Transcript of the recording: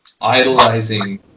idolizing